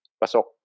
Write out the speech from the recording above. pasok